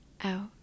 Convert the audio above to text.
out